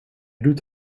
doet